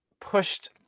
pushed